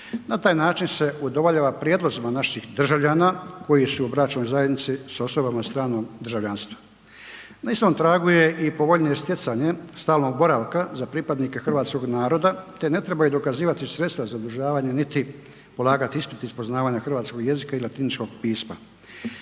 Na taj način se udovoljava prijedlozima naših državljana koji su u bračnoj zajednici s osobama stranog državljanstva. Na istom tragu je i povoljnije stjecanje stalnog boravka za pripadnike hrvatskog naroda, te ne trebaju dokazivati sredstva za uzdržavanje, niti polagati ispit iz poznavanje hrvatskog jezika i latiničkog pisma